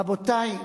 רבותי,